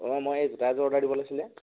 অঁ মই এই জোতা এযোৰ অৰ্ডাৰ দিব লাগিছিল